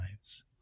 lives